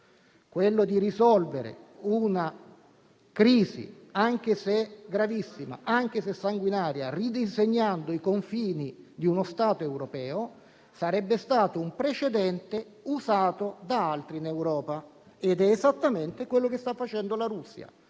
pericoloso. Risolvere una crisi, anche se gravissima e sanguinaria, ridisegnando i confini di uno Stato europeo, sarebbe stato un precedente usato da altri in Europa. Ed è esattamente quanto sta facendo la Russia,